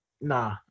nah